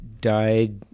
died